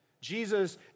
Jesus